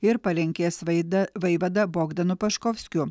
ir palenkės vaida vaivada bogdanu paškovskiu